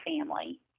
family